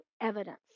evidence